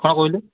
କ'ଣ କହିଲେ